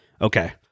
okay